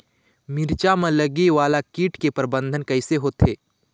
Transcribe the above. मिरचा मा लगे वाला कीट के प्रबंधन कइसे होथे?